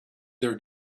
their